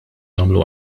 nagħmlu